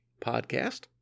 podcast